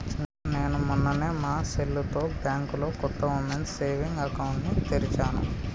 నేను మొన్ననే మా సెల్లుతో బ్యాంకులో కొత్త ఉమెన్స్ సేవింగ్స్ అకౌంట్ ని తెరిచాను